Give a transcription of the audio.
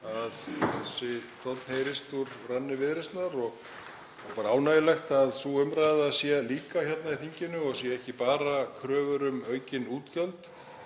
að þessi tónn heyrist úr ranni Viðreisnar og bara ánægjulegt að sú umræða sé líka hérna í þinginu og það séu ekki bara kröfur um aukin útgjöld